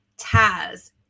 Taz